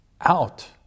out